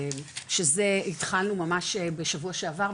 שזה התחלנו ממש בשבוע שעבר,